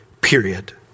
period